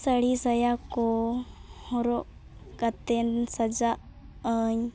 ᱥᱟᱹᱲᱤᱼᱥᱟᱭᱟᱠᱚ ᱦᱚᱨᱚᱜ ᱠᱟᱛᱮᱫ ᱥᱟᱡᱟᱜ ᱟᱹᱧ